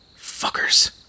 Fuckers